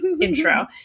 intro